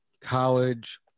college